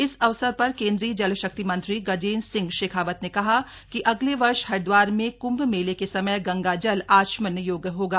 इस अवसर पर केंद्रीय जल शक्ति मंत्री गजेंद्र सिंह शेखावत ने कहा कि अगले वर्ष हरिदवार में कुम्भ मेले के समय गंगा जल आचमन योग्य होगा